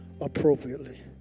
appropriately